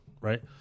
right